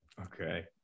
okay